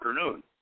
afternoon